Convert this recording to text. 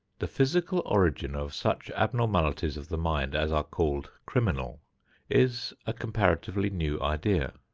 the physical origin of such abnormalities of the mind as are called criminal is a comparatively new idea.